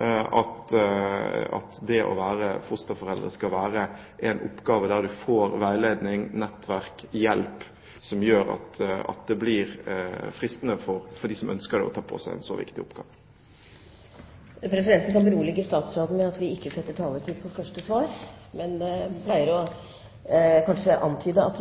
at det å være fosterforeldre skal være en oppgave der en får veiledning, nettverk og hjelp som gjør at det blir fristende for dem som ønsker å ta på seg en så viktig oppgave. Presidenten kan berolige statsråden med at taletiden i statsrådens første svar